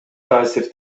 таасир